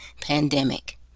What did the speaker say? pandemic